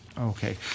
okay